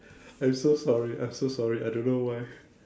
I'm so sorry I'm so sorry I don't know why